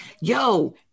Yo